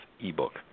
ebook